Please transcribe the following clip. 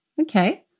Okay